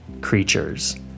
creatures